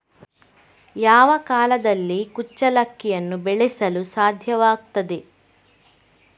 ಯಾವ ಕಾಲದಲ್ಲಿ ಕುಚ್ಚಲಕ್ಕಿಯನ್ನು ಬೆಳೆಸಲು ಸಾಧ್ಯವಾಗ್ತದೆ?